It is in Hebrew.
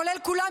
כולל כולם,